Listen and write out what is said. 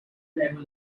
level